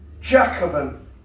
Jacobin